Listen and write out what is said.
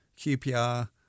QPR